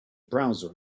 browser